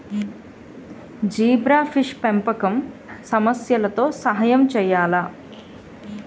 Zebrafish పెంపకం సమస్యలతో సహాయం చేయాలా?